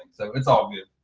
so it's all good.